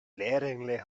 glaringly